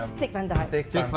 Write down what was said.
um dick van dyke. dick